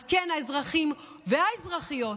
אז כן, האזרחים והאזרחיות